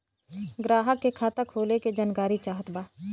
ग्राहक के खाता खोले के जानकारी चाहत बा?